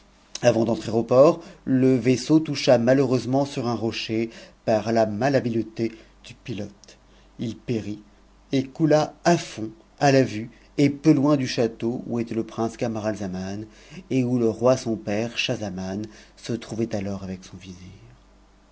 avant d'entrer au port le vaisseau toucha malheureusement sur un rocher par la malhabiletë du pilote ii périt et coula à fond à la vue et peu loin du château où était le prince camarafxiuna et où le roi son père schahzaman se trouvait alors avec son